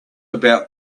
about